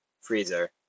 freezer